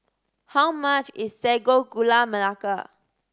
how much is Sago Gula Melaka